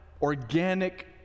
Organic